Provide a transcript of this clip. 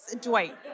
Dwight